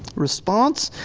response?